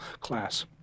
class